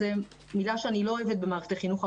למרות שזו מילה שאני לא אוהבת במערכת החינוך,